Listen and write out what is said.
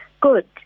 good